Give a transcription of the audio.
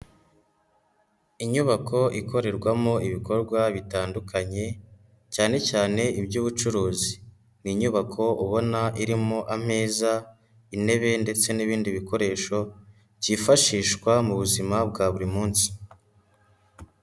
Inyubako ikorerwamo ibikorwa bitandukanye cyane cyane iby'ubucuruzi, ni inyubako ubona irimo ameza intebe ndetse n'ibindi bikoresho byifashishwa mu buzima bwa buri munsi.